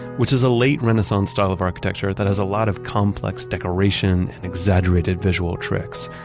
which is a late renaissance style of architecture that has a lot of complex decoration and exaggerated visual tricks,